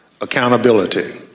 accountability